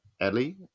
ellie